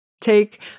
Take